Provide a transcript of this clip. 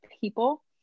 people